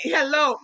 Hello